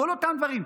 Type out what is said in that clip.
כל אותם דברים,